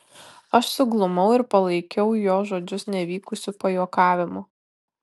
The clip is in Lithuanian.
aš suglumau ir palaikiau jo žodžius nevykusiu pajuokavimu